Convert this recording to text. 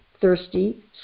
thirsty